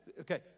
okay